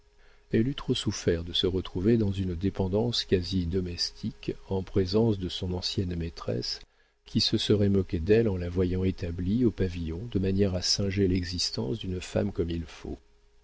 elle eût trop souffert de se retrouver dans une dépendance quasi domestique en présence de son ancienne maîtresse qui se serait moquée d'elle en la voyant établie au pavillon de manière à singer l'existence d'une femme comme il faut